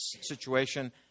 situation